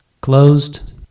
closed